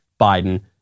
Biden